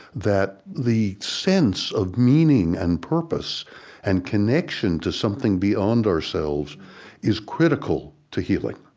that the sense of meaning and purpose and connection to something beyond ourselves is critical to healing,